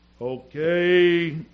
Okay